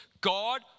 God